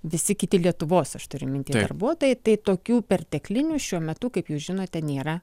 visi kiti lietuvos aš turiu minty darbuotojai tai tokių perteklinių šiuo metu kaip jūs žinote nėra